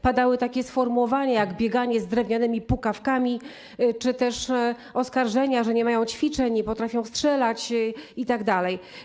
Padały takie sformułowania jak „bieganie z drewnianymi pukawkami” czy też oskarżenia, że nie mają ćwiczeń, nie potrafią strzelać itd.